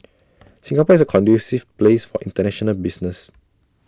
Singapore is A conducive place for International business